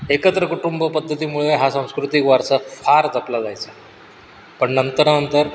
एकत्र कुटुंब पद्धतीमुळे हा सांस्कृतिक वारसा फार जपला जायचा पण नंतर नंतर